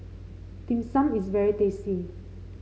Dim Sum is very tasty